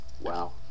Wow